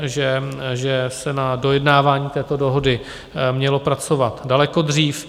Že se na dojednávání této dohody mělo pracovat daleko dřív.